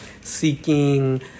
seeking